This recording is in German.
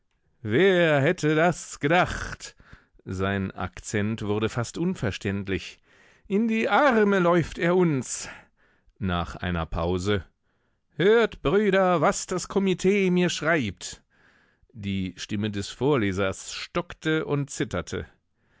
wer hätte das gedacht sein akzent wurde fast unverständlich in die arme läuft er uns nach einer pause hört brüder was das komitee mir schreibt die stimme des vorlesers stockte und zitterte